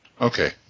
Okay